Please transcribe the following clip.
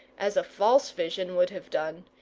as a false vision would have done,